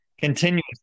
continuously